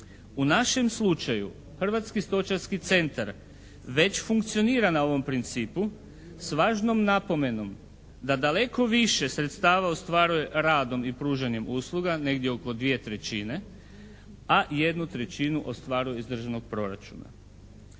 U našem slučaju Hrvatski stočarski centar već funkcionira na ovom principu s važnom napomenom da daleko više sredstava ostvaruje radom i pružanjem usluga, negdje oko 2/3, a 1/3 ostvaruje iz državnog proračuna.